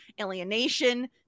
alienation